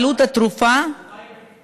מבחינת עלות התרופה, היא בפיקוח.